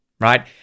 right